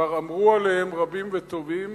כבר אמרו עליהם רבים וטובים